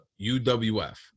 UWF